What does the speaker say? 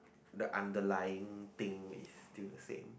that underlying thing is still the same